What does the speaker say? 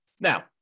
Now